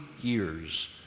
years